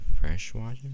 freshwater